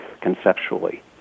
conceptually